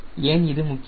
ஏன் இது முக்கியம்